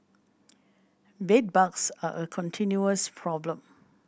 bedbugs are a continuous problem